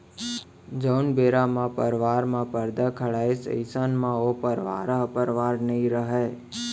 जउन बेरा म परवार म परदा खड़ाइस अइसन म ओ परवार ह परवार नइ रहय